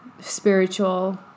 spiritual